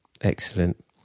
excellent